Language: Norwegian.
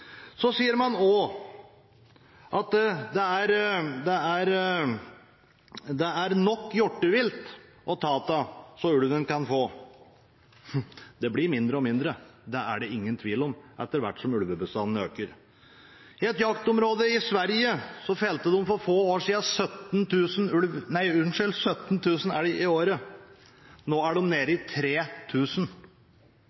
Så sier man også at det er nok hjortevilt å ta av, som ulven kan få. Det blir mindre og mindre, det er det ingen tvil om, etter hvert som ulvebestanden øker. I et jaktområde i Sverige felte de for få år siden 17 000 elg i året. Nå er de nede i